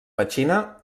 petxina